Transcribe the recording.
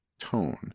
tone